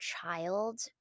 child